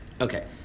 Okay